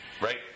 Right